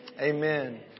Amen